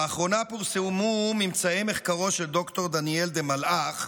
לאחרונה פורסמו ממצאי מחקרו של ד"ר דניאל דה מלאך,